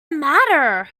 matter